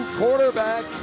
quarterback